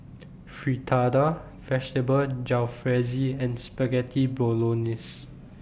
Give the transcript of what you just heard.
Fritada Vegetable Jalfrezi and Spaghetti Bolognese